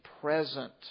present